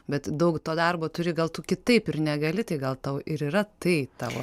bet daug to darbo turi gal tu kitaip ir negali tai gal tau ir yra tai tavo